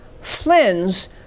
Flynn's